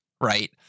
right